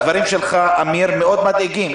הדברים שלך, אמיר, מאוד מדאיגים.